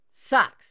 sucks